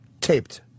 taped